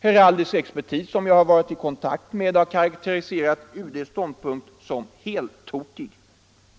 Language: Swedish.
Heraldisk expertis som jag varit i kontakt med har karakteriserat UD:s ståndpunkt som ”heltokig”.